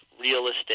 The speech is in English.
realistic